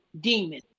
demon